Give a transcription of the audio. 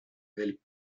del